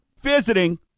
visiting